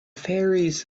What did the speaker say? faeries